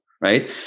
right